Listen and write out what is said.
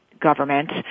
government